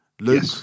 Luke